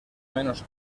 menos